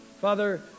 Father